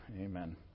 Amen